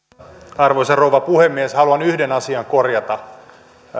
arvoisa rouva puhemies haluan yhden asian korjata